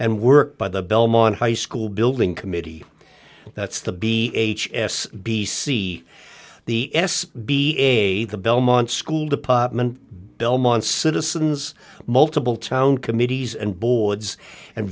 and work by the belmont high school building committee that's the b s b c the s b a the belmont school department belmont's citizens multiple town committees and boards and